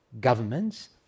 governments